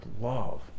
love